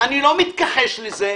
אני לא מתכחש לזה,